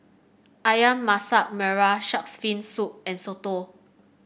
ayam Masak Merah shark's fin soup and soto